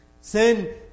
Sin